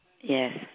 Yes